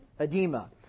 edema